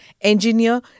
engineer